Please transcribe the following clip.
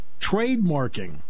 Trademarking